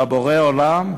לבורא עולם?